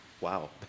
Wow